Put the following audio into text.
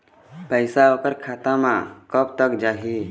पैसा ओकर खाता म कब तक जाही?